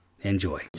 Enjoy